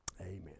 Amen